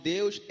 Deus